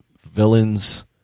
villains